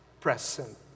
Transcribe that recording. present